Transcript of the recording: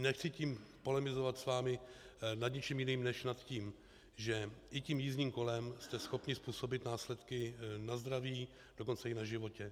Nechci tím polemizovat s vámi nad ničím jiným, než nad tím, že i tím jízdním kolem jste schopni způsobit následky na zdraví, dokonce i na životě.